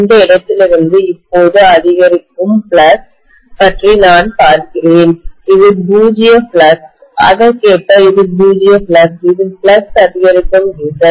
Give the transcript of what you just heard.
இந்த இடத்திலிருந்து இப்போது அதிகரிக்கும் ஃப்ளக்ஸ் பற்றி நான் பார்க்கிறேன் இது பூஜ்ஜிய ஃப்ளக்ஸ் அதற்கேற்ப இது பூஜ்ஜிய ஃப்ளக்ஸ் இது ஃப்ளக்ஸ் அதிகரிக்கும் திசை